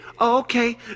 Okay